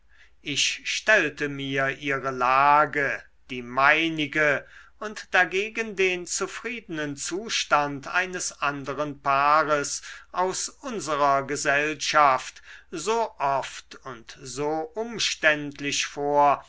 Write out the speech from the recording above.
ich stellte mir ihre lage die meinige und dagegen den zufriedenen zustand eines anderen paares aus unserer gesellschaft so oft und so umständlich vor